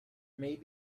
may